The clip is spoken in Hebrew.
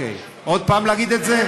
עוד פעם להגיד את זה?